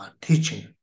teaching